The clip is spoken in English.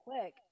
quick